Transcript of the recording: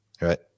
right